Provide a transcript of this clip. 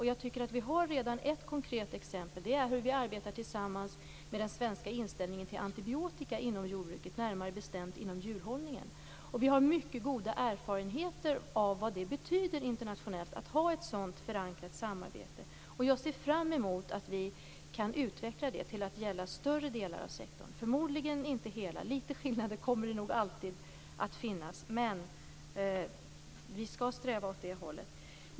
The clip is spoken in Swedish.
Jag tycker att vi redan har ett konkret exempel, nämligen hur vi arbetar tillsammans när det gäller den svenska inställningen till antibiotika inom jordbruket, närmare bestämt inom djurhållningen. Vi har mycket goda erfarenheter av vad det internationellt betyder att ha ett sådant förankrat samarbete. Jag ser fram emot att vi kan utveckla det till att gälla större delar av sektorn - förmodligen inte hela, för vissa skillnader kommer det nog alltid att finnas. Vi skall alltså sträva åt detta håll.